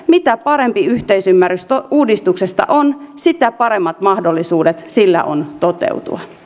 mitä parempi yhteisymmärrys uudistuksesta on sitä paremmat mahdollisuudet sillä on toteutua